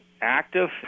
active